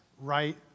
right